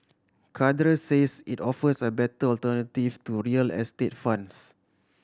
cadre says it offers a better alternative to real estate funds